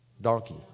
donkey